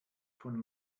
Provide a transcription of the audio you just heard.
von